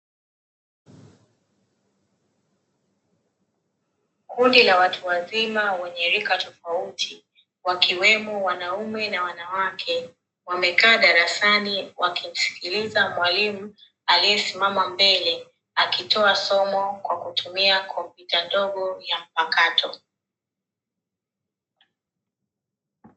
Kundi la watu wazima wenye rika tofauti wakiwemo wanaume na wanawake, wamekaa darasani wakimsikiliza mwalimu aliyesimama mbele akitoa somo kwa kutumia kompyuta ndogo ya mpakato.